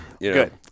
Good